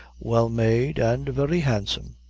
well made, and very handsome.